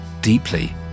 deeply